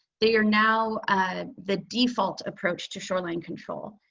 they are now the default approach to shoreline control.